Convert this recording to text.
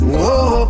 Whoa